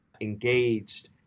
engaged